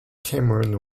cameron